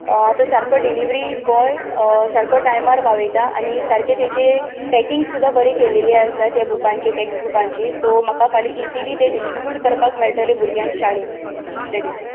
तो सारको delivery boy सारको टायमार पावयता आनी सारके ताचे पॅकिंग सुद्दां बरे केलेली आसात त्या बूकांची टॅक्स बूकांची सो म्हाका फाल्या इजिली ते डिस्ट्रीब्यूट करपाक मेळटले भुरग्यांक शाळेन दुसरे दिसां